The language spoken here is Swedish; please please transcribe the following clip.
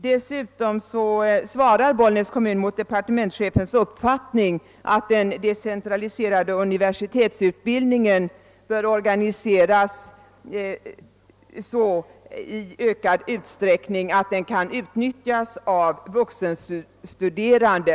Dessutom svarar Bollnäs kommun mot departementschefens uppfattning att den decentraliserade universitetsutbildningen bör organiseras så att den i ökad utsträckning kan utnyttjas av vuxenstuderande.